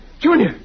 Junior